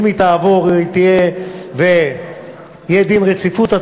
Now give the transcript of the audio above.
אם היא תעבור ויהיה דין רציפות,